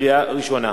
לקריאה ראשונה.